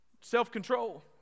self-control